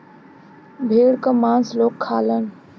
भेड़ क मांस लोग खालन